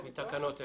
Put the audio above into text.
לפי תקנות אלה.